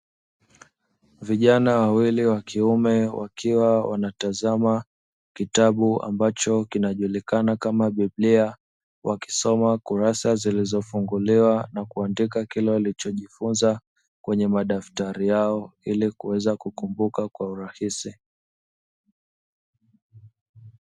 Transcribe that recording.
Vijana wawili wa kiume, wakiwa wanatazama kitabu ambacho kinajulikana kama biblia, wakisoma kurasa zilizofunguliwa na kuandika kile walichojifunza kwenye madaftari yao ili kuweza kukumbuka kwa urahisi.